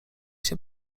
się